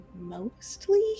mostly